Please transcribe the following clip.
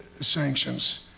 Sanctions